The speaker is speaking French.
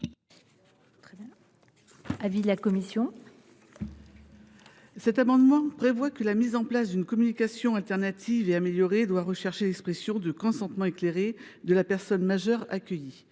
cet amendement, la mise en place d’une communication alternative et améliorée doit permettre de rechercher l’expression du consentement éclairé de la personne majeure accueillie.